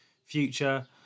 future